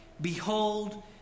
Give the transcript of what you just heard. Behold